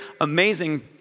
amazing